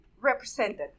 represented